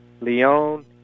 Leon